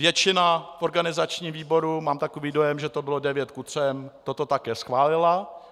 Většina v organizačním výboru, mám takový dojem, že to bylo 9:3, toto také schválila.